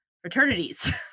fraternities